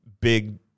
big